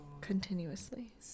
continuously